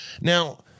Now